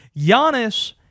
Giannis